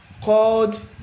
called